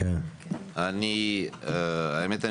האמת,